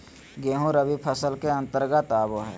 गेंहूँ रबी फसल के अंतर्गत आबो हय